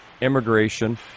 immigration